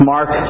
Mark